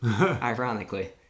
ironically